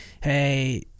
hey